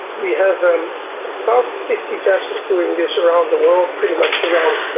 we have um about fifty vessels doing this around the world, pretty much around